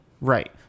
Right